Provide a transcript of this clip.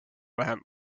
vähem